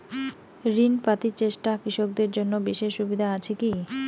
ঋণ পাতি চেষ্টা কৃষকদের জন্য বিশেষ সুবিধা আছি কি?